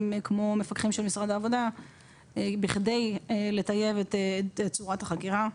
כמו מפקחים של משרד העבודה בכדי לטייב את צורת החקירה.